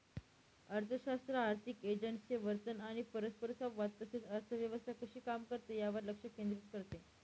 अर्थशास्त्र आर्थिक एजंट्सचे वर्तन आणि परस्परसंवाद तसेच अर्थव्यवस्था कशी काम करते यावर लक्ष केंद्रित करते